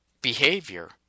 behavior